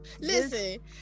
Listen